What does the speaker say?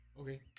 Okay